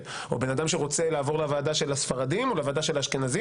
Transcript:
או בן אדם שרוצה לעבור לוועדה של הספרדים או לוועדה של האשכנזים